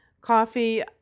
coffee